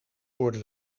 worden